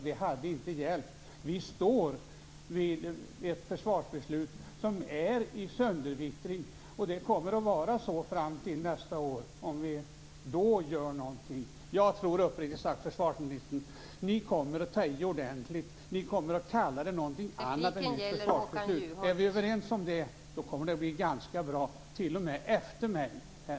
Vi står vid ett försvarsbeslut som är i söndervittring. Det kommer att vara så fram till nästa år, om man gör någonting då. Jag tror uppriktigt sagt att ni kommer att ta i ordentligt, försvarsministern. Ni kommer att kalla det någonting annat än just försvarsbeslut. Om vi är överens om det kommer det att bli ganska bra, t.o.m. efter mig här.